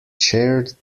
chaired